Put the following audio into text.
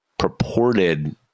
purported